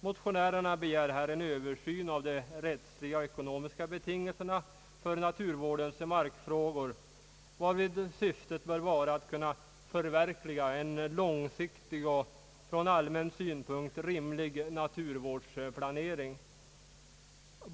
Motionärerna begär här en översyn av de rättsliga och ekonomiska betingelserna för naturvårdens markfrågor, varvid syftet bör vara att kunna förverkliga en långsiktig och ur allmän synpunkt rimlig naturvårdsplanering.